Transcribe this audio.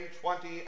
twenty